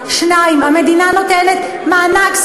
2. המדינה נותנת מענק,